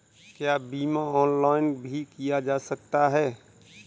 क्या बीमा ऑनलाइन भी किया जा सकता है?